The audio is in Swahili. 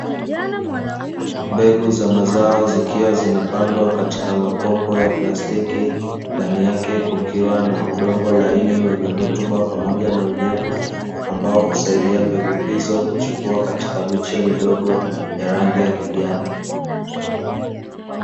Mbegu za mazao zikiwa zimepandwa katika makopo ya plastiki ndani yake kukiwa na udongo laini wenye rutuba pamoja na unyevu, ambao husaidia mbegu hizo kuchipua katika miche midogo ya rangi ya kijani.